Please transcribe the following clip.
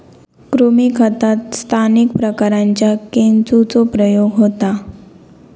कृमी खतात स्थानिक प्रकारांच्या केंचुचो प्रयोग होता